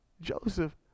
Joseph